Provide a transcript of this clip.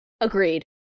Agreed